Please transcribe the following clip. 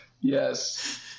Yes